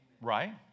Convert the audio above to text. Right